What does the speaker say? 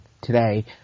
today